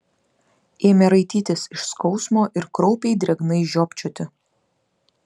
ėmė raitytis iš skausmo ir kraupiai drėgnai žiopčioti